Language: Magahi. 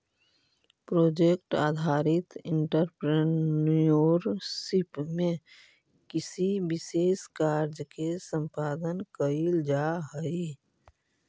प्रोजेक्ट आधारित एंटरप्रेन्योरशिप में किसी विशेष कार्य के संपादन कईल जाऽ हई